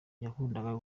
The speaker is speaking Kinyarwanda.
yakundaga